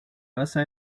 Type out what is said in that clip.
basa